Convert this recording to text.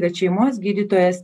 kad šeimos gydytojas